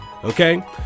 okay